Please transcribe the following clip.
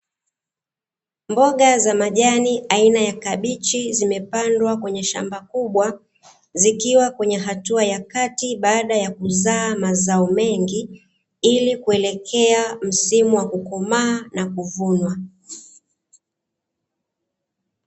Mboga za majani aina ya kabichi zimepandwa kwenye shamba kubwa, zikiwa kwenye hatua ya kati baada ya kuzaa mazao mengi, ili kuelekea msimu wa kukomaa na kuvunwa.